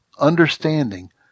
understanding